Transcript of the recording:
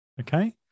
Okay